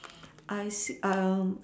I see